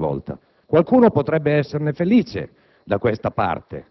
sinistra estrema, prima o poi le morderanno la mano per l'ultima volta. Qualcuno potrebbe esserne felice, da questa parte,